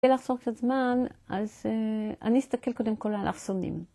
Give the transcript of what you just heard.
כדי לחסוך קצת זמן, אז אני אסתכל קודם כל על האלכסונים.